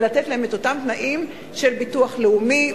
ולתת להם את אותם תנאים של הביטוח הלאומי,